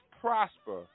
prosper